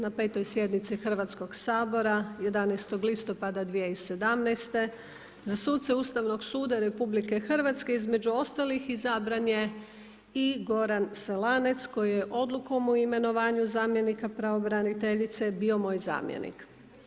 Na 5. sjednici Hrvatskog sabora 11.10.2017. za suce Ustavnog suda RH, između ostalih izabran je i Goran Selanec, kojem je odlukom o imenovanju zamjenika Pravobraniteljice, bio moj zamjenik.